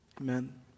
amen